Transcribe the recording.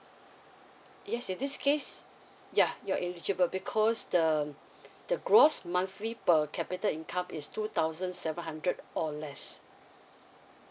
yes in this case yeah you're eligible because the the gross monthly per capita income is two thousand seven hundred or less